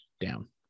down